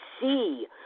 see